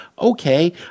okay